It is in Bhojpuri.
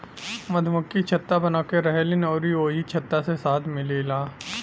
मधुमक्खि छत्ता बनाके रहेलीन अउरी ओही छत्ता से शहद मिलेला